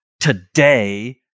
today